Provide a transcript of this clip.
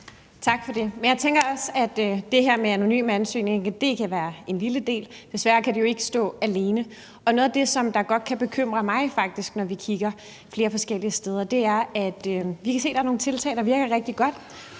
Tak for det. Men jeg tænker også, at det her med anonyme ansøgninger kan være en lille del. Desværre kan det jo ikke stå alene. Noget af det, som godt kan bekymre mig, når vi kigger forskellige steder hen, er, at vi kan se, at der er nogle tiltag, der virker rigtig godt